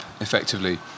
effectively